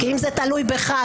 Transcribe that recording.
אם זה תלוי בך,